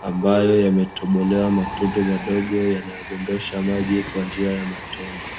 ambayo yametobolewa matundu madogo yanayodondosha maji kwa njia ya matone.